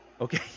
okay